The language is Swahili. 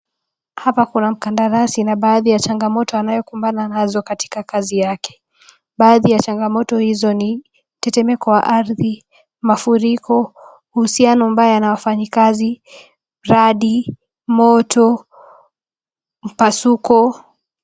Hapa kuna mkandarasi na baadhi ya changamoto anayekumbana nazo katika kazi yake. Baadhi ya changamoto hizo ni tetemeko wa ardhi, mafuriko, uhusiano mbaya na wafanyikazi, radi, moto, mpasuko,